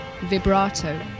vibrato